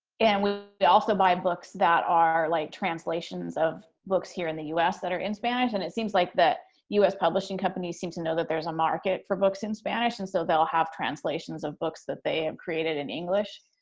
and we also buy books that are like translations of books here in the u s. that are in spanish, and it seems like that u s. publishing companies seem to know that there's a market for books in spanish. and so they'll have translations of books that they have created in english,